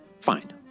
Fine